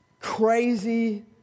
crazy